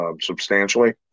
substantially